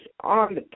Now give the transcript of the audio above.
on